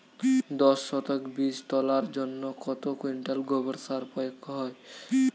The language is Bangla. দশ শতক বীজ তলার জন্য কত কুইন্টাল গোবর সার প্রয়োগ হয়?